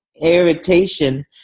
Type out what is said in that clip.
irritation